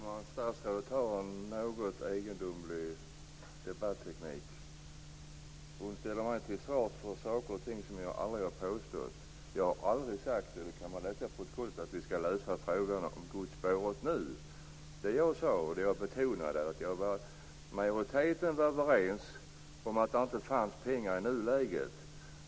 Herr talman! Statsrådet har en något egendomlig debatteknik. Hon ställer mig till svars för saker och ting som jag aldrig har påstått. Jag har aldrig sagt - och det kan man läsa i protokollet - att frågan om godsspåret skall lösas nu. Jag betonade att majoriteten var överens om att det inte finns pengar i nuläget.